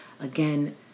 again